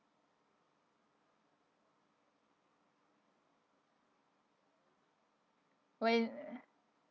when uh